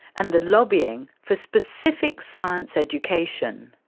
and the lobbying for specific science education.